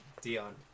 Dion